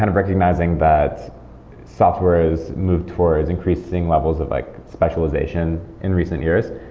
kind of recognizing that software is moved towards increasing levels of like specialization in recent years.